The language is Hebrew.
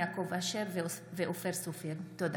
יעקב אשר ואופיר סופר בנושא: